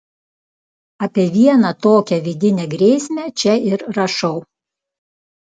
apie vieną tokią vidinę grėsmę čia ir rašau